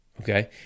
okay